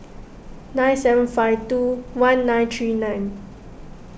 nine seven five two one nine three nine